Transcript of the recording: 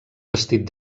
vestit